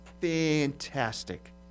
fantastic